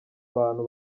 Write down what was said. bantu